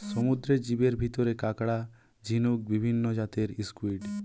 সমুদ্রের জীবের ভিতরে কাকড়া, ঝিনুক, বিভিন্ন জাতের স্কুইড,